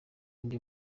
ndi